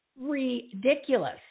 ridiculous